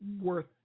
worth